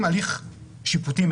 הליך שפוטי,